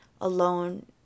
alone